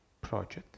project